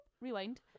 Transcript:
Rewind